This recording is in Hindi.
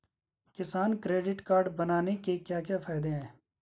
किसान क्रेडिट कार्ड बनाने के क्या क्या फायदे हैं?